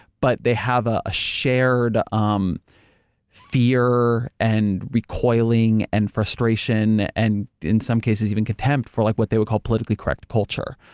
but they have a ah shared um fear and recoiling and frustration and, in some cases, even contempt for like what they would call politically correct culture.